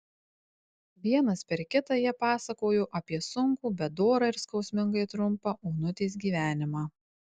vienas per kitą jie pasakojo apie sunkų bet dorą ir skausmingai trumpą onutės gyvenimą